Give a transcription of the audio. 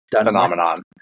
phenomenon